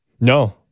No